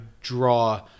draw